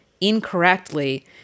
incorrectly